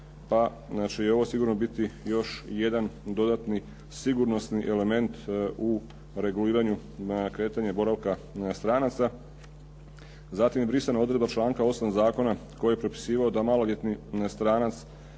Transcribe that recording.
sigurno biti još jedan dodatni sigurnosni element u reguliranju na kretanje i boravka stranaca. Zatim je brisana odredba članak 8. Zakona koji je propisivao da maloljetni stranac